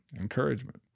encouragement